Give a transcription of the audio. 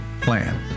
plan